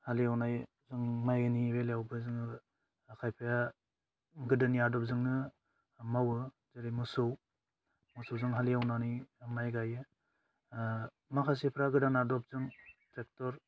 हाल एवनाय माइनि बेलायावबो जोङो खायफाया गोदोनि आदबजोंनो मावो जेरै मोसौ मोसौजों हाल एवनानै माइ गायो माखासेफ्रा गोदान आदबजों